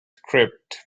script